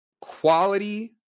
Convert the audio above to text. quality